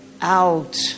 out